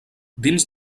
dins